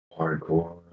Hardcore